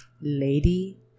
Lady